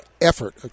effort